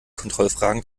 kontrollfragen